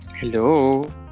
Hello